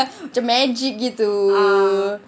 macam magic gitu